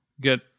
get